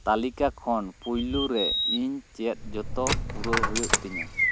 ᱛᱟᱞᱤᱠᱟ ᱠᱷᱚᱱ ᱯᱩᱭᱞᱳ ᱨᱮ ᱤᱧ ᱪᱮᱫ ᱡᱚᱛᱚ ᱯᱩᱨᱟᱹᱣ ᱦᱩᱭᱩᱜ ᱛᱤᱧᱟᱹ